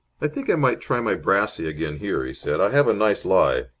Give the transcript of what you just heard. i think i might try my brassey again here, he said. i have a nice lie.